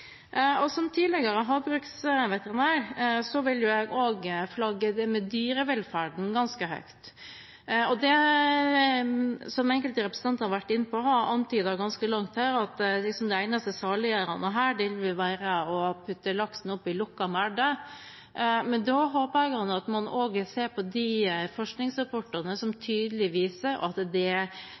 Som tidligere havbruksveterinær vil jeg flagge det med dyrevelferden ganske høyt. Enkelte representanter har vært inne på og antydet ganske klart her at det eneste saliggjørende vil være å putte laksen oppi lukkede merder. Men da håper jeg at man også ser på de forskningsrapportene som tydelig viser at det